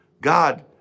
God